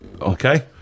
Okay